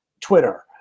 Twitter